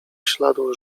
śladu